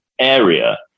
area